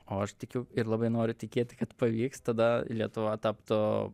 o aš tikiu ir labai noriu tikėti kad pavyks tada lietuva taptų